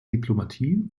diplomatie